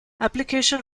application